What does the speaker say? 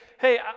hey